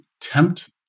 tempt